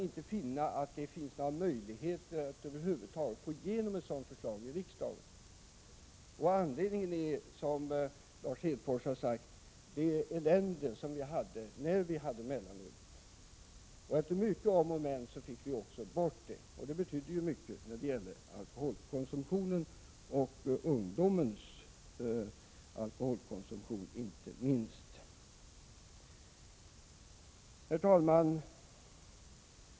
Det kan inte finnas några möjligheter att över huvud taget få igenom ett sådant förslag i riksdagen. Anledningen är, som Lars Hedfors sade, det elände som mellanölet förde med sig när det fick säljas. Efter många om och men fick vi ju bort det. Det betydde mycket när det gällde alkoholkonsumtionen och då inte minst ungdomens alkoholkonsumtion. Herr talman!